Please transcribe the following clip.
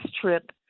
trip